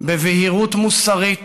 בבהירות מוסרית